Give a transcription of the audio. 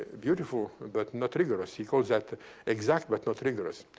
beautiful, but not rigorous. he calls that exact, but not rigorous.